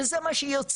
וזה מה שיוצא,